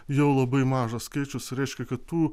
jau labai mažas skaičius reiškia kad tų